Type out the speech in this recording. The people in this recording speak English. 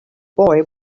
boy